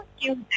cute